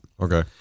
Okay